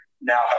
now